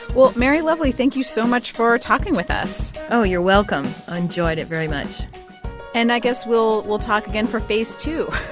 well, mary lovely, thank you so much for talking with us oh, you're welcome. enjoyed it very much and i guess we'll we'll talk again for phase two